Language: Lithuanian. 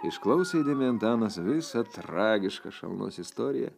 išklausė įdėmiai antanas visą tragišką šalnos istoriją